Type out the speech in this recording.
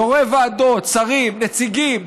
יו"רי ועדות, שרים, נציגים,